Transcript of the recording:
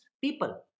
people